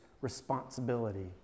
responsibility